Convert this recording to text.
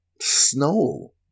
snow